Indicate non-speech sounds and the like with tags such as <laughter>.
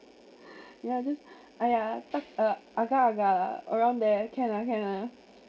yeah this !aiya! <noise> agak agak around there can lah can lah